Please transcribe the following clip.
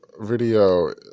video